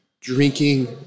drinking